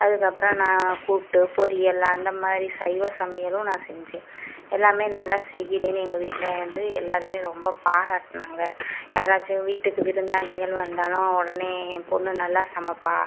அதுக்கு அப்புறம் நான் கூட்டு பொரியல் அந்தமாதிரி சைவ சமையலும் நான் செஞ்சேன் எல்லாமே நல்லா செய்கிறேனு எங்கள் வீட்டில் வந்து எல்லாருமே ரொம்ப பாராட்டினாங்க யாராச்சும் வீட்டுக்கு விருந்தாளிகள் வந்தாலும் உடனே என் பொண்ணு நல்லா சமைப்பா